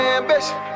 ambition